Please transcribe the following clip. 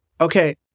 Okay